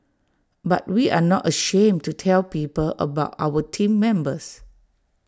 but we are not ashamed to tell people about our Team Members